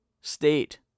state